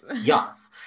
yes